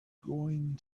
going